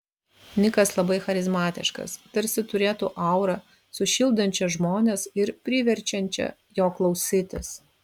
nikas labai charizmatiškas tarsi turėtų aurą sušildančią žmones ir priverčiančią jo klausytis